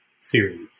series